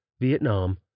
Vietnam